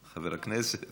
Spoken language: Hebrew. חבר הכנסת